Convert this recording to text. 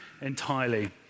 entirely